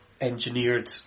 engineered